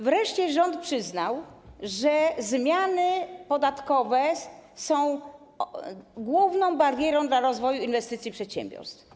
Wreszcie rząd przyznał, że zmiany podatkowe są główną barierą dla rozwoju inwestycji przedsiębiorstw.